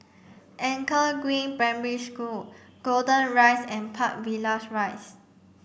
Anchor Green Primary School Golden Rise and Park Villas Rise